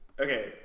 Okay